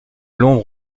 l’ombre